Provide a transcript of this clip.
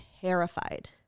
terrified